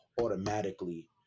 automatically